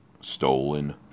Stolen